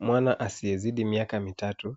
Mwana asiye zidi miaka mitatu